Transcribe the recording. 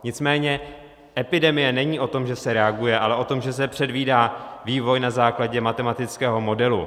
Nicméně epidemie není o tom, že se reaguje, ale o tom, že se předvídá vývoj na základě matematického modelu.